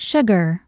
Sugar